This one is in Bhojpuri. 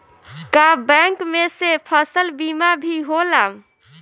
का बैंक में से फसल बीमा भी होला?